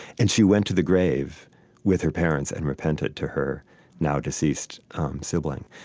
and she went to the grave with her parents and repented to her now-deceased sibling.